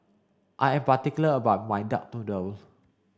I am particular about my duck noodles